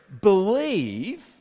believe